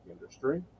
industry